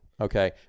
Okay